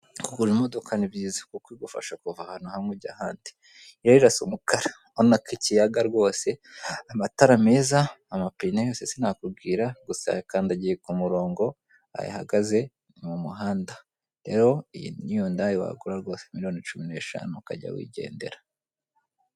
Kugura imodoka ni byiza kuko igufasha kuva ahantu hamwe ujya ahandi, Rero irasa umukara urabona ko ikiyaga rwose amatara meza ,amapine yose sinakubwira gusa yakandagiye ku murongo aho ihagaze mu muhanda. Rero iyi ni yondayi wagura rwose miliyoni cumi n'eshanu(15M) ukajya wigendera.